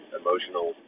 emotional